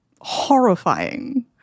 horrifying